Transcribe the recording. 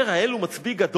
אומר: האל הוא מצביא גדול,